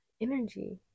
energy